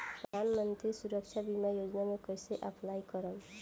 प्रधानमंत्री सुरक्षा बीमा योजना मे कैसे अप्लाई करेम?